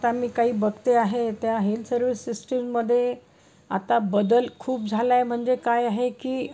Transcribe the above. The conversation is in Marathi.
आता मी काही बघते आहे त्या हेल्थ सर्विस सिस्टिममध्ये आता बदल खूप झाला आहे म्हणजे काय आहे की